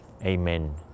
Amen